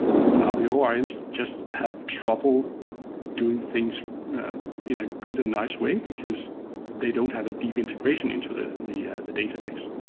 now, the orms just have trouble doing things in a good and nice way, because they don't have a deep integration into the the database.